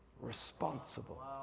responsible